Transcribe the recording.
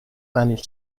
manage